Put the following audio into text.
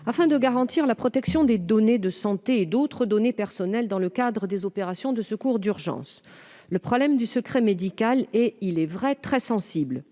afin de garantir la protection des données de santé et d'autres données personnelles dans le cadre des opérations de secours et d'urgence. Le problème du secret médical est, il est vrai, très sensible.